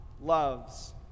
loves